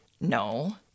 no